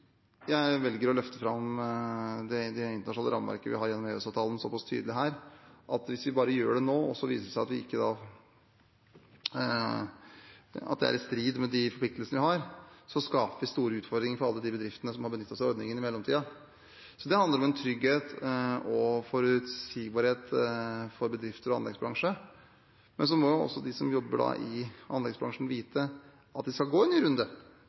jeg velger å løfte fram det internasjonale rammeverket vi har gjennom EØS-avtalen, såpass tydelig her. Hvis vi bare gjør det nå, og så viser det seg at det er i strid med de forpliktelsene vi har, skaper vi store utfordringer for alle de bedriftene som har benyttet seg av ordningen i mellomtiden. Det handler om en trygghet og forutsigbarhet for bedrifter og anleggsbransjen. De som jobber i anleggsbransjen, må vite at vi skal gå en ny runde. Selv om jeg svarer formelt, er konklusjonen nettopp den at vi skal gå en ny runde